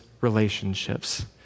relationships